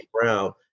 Brown